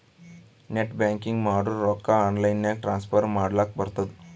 net banking ಮಾಡುರ್ ರೊಕ್ಕಾ online ನಾಗೆ ಟ್ರಾನ್ಸ್ಫರ್ ಮಾಡ್ಲಕ್ ಬರ್ತುದ್